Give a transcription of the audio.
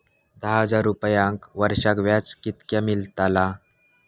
दहा हजार रुपयांक वर्षाक व्याज कितक्या मेलताला?